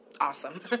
awesome